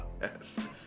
Yes